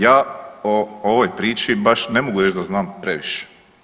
Ja o ovoj priči baš ne mogu reći da znam previše.